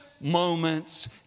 moments